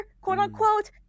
quote-unquote